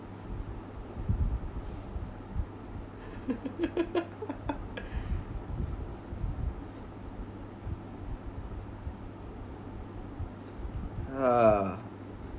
ah